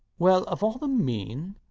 well, of all the mean